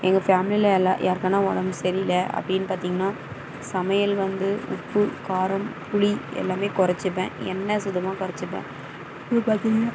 எங்கள் ஃபேமிலியில் எல்லா யாருக்குனா உடம்பு சரி இல்லை அப்படின்னு பார்த்திங்கனா சமையல் வந்து உப்பு காரம் புளி எல்லாமே குறச்சிப்பேன் எண்ண சுத்தமாக குறச்சிப்பேன் அப்புறம் பார்த்திங்கனா